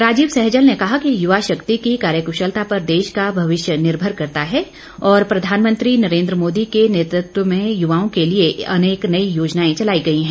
राजीव सहजल ने कहा कि युवा शक्ति की कार्यक्शलता पर देश का भविष्य निर्भर करता है और प्रधानमंत्री नरेन्द्र मोदी के नेतृत्व में युवाओं के लिए अेनेक नई योजनाएं चलाई गई हैं